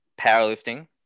powerlifting